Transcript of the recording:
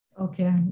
Okay